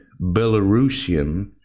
Belarusian